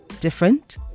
different